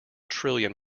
trillion